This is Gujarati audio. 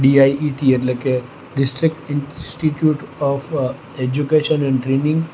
ડીઆઈઈટી એટલે કે district institute of education and training